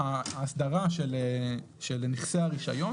הפעילות הזאת היא כבר מעבר לעולם האסדרה של עולם התקשורת,